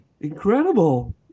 incredible